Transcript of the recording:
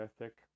ethic